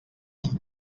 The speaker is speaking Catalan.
ton